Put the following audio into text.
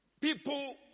people